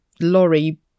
lorry